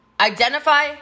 Identify